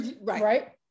Right